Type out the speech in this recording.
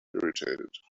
irritated